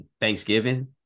thanksgiving